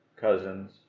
cousins